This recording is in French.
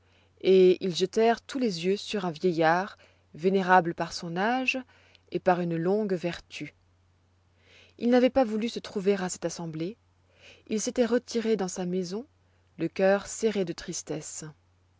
et ils jetèrent tous les yeux sur un vieillard vénérable par son âge et par une longue vertu il n'avoit pas voulu se trouver à cette assemblée il s'étoit retiré dans sa maison le cœur serré de tristesse